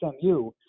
SMU